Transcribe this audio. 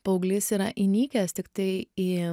paauglys yra įnikęs tiktai į